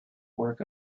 work